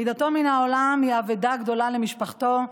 פרידתו מן העולם היא אבדה גדולה למשפחתו,